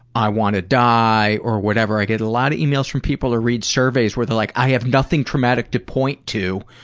i want to die or whatever. i get a lot of emails from people or read surveys where they're like, i have nothing traumatic to point to,